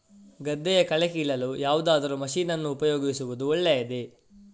ಗದ್ದೆಯ ಕಳೆ ಕೀಳಲು ಯಾವುದಾದರೂ ಮಷೀನ್ ಅನ್ನು ಉಪಯೋಗಿಸುವುದು ಒಳ್ಳೆಯದೇ?